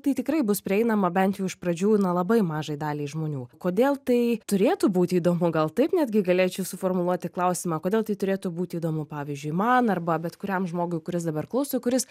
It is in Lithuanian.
tai tikrai bus prieinama bent jau iš pradžių na labai mažai daliai žmonių kodėl tai turėtų būti įdomu gal taip netgi galėčiau suformuluoti klausimą kodėl tai turėtų būti įdomu pavyzdžiui man arba bet kuriam žmogui kuris dabar klauso kuris